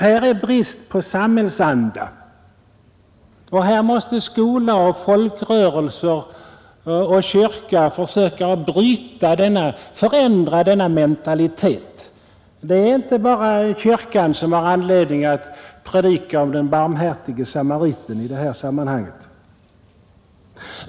Här finns en brist på samhällsanda, och skola, folkrörelser och kyrka måste försöka att förändra denna Nr 51 mentalitet. Det är inte bara kyrkan som har anledning att predika om den Torsdagen den barmhärtige samariten i detta sammanhang.